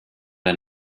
der